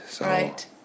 Right